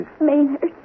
Maynard